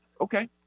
okay